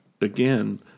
again